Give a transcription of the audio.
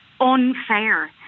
unfair